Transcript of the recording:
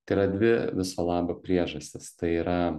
tai yra dvi viso labo priežastys tai yra